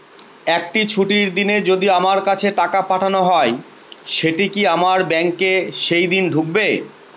একটি ছুটির দিনে যদি আমার কাছে টাকা পাঠানো হয় সেটা কি আমার ব্যাংকে সেইদিন ঢুকবে?